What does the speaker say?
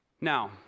Now